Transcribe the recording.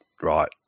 right